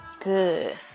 good